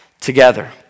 together